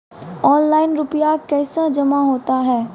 Online रुपये कैसे जमा होता हैं?